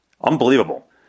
Unbelievable